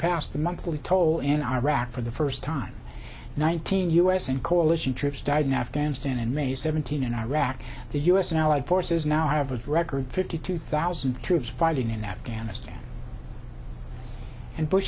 passed the monthly toll in iraq for the first time nineteen u s and coalition troops died in afghanistan and maybe seventeen in iraq the u s and allied forces now have a record fifty two thousand troops fighting in afghanistan and bush